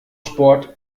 sport